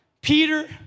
Peter